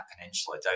peninsula